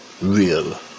real